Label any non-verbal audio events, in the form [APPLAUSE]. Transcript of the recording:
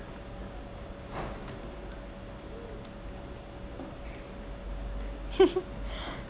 [LAUGHS]